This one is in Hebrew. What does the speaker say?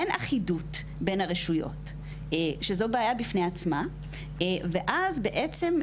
אין אחידות בין הרשויות שזו בעיה בפני עצמה ואז בעצם,